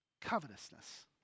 Covetousness